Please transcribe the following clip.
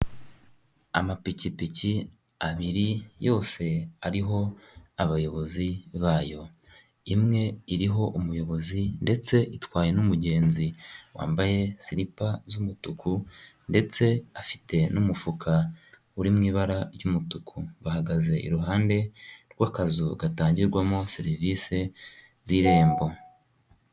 Amapikipiki abiri yose ariho abayobozi bayo. Imwe iriho umuyobozi ndetse itwaye n'umugenzi wambaye silipa z'umutuku ndetse afite n'umufuka uri mu ibara ry'umutuku. Bahagaze iruhande rw'akazu gatangirwamo serivisi z'irembo.